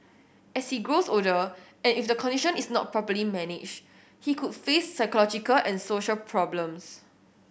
as he grows older and if the condition is not properly managed he could face psychological and social problems